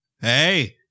Hey